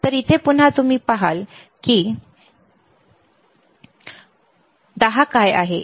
तर इथे पुन्हा तुम्ही पहाल की 10 काय आहे